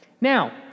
Now